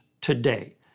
today